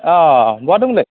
अ बहा दं